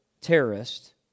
terrorist